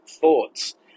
thoughts